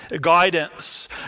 Guidance